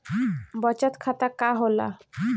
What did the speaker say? बचत खाता का होला?